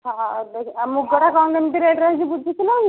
ହଉ ଆଉ ମୁଗର କଣ କେମିତି ରେଟ୍ ରହୁଛି ବୁଝିଥିଲକି